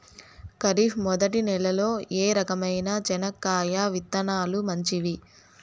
ఖరీఫ్ మొదటి నెల లో ఏ రకమైన చెనక్కాయ విత్తనాలు మంచివి